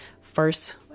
first